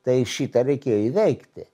tai šitą reikėjo įveikti